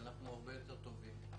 אנחנו הרבה יותר טובים.